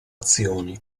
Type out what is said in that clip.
azioni